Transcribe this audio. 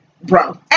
Bro